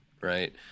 Right